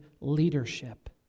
leadership